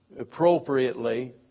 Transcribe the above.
appropriately